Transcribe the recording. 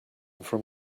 from